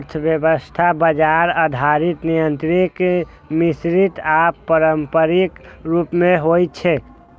अर्थव्यवस्था बाजार आधारित, नियंत्रित, मिश्रित आ पारंपरिक रूप मे होइ छै